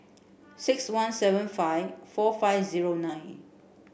six one seven five four five zero nine